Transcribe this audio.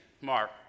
mark